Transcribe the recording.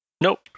Nope